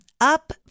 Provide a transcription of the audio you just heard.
up